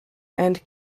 and